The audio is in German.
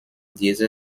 dieser